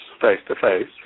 face-to-face